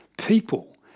People